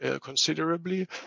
considerably